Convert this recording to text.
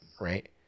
Right